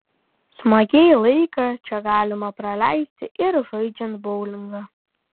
smagiai laiką čia galima praleisti ir žaidžiant boulingą